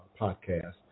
podcast